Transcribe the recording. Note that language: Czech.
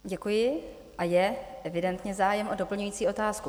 Děkuji a je evidentně zájem o doplňující otázku.